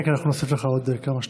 כן, כן, אנחנו נוסיף לך עוד כמה שניות.